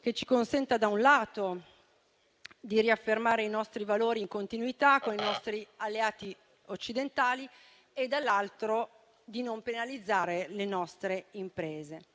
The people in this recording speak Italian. che ci consenta, da un lato, di riaffermare i nostri valori in continuità con i nostri alleati occidentali e, dall'altro, di non penalizzare le nostre imprese.